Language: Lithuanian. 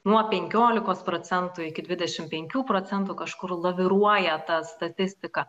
nuo penkiolikos procentų iki dvidešimt penkių procentų kažkur laviruoja ta statistika